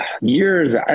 Years